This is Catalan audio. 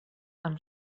amb